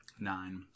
Nine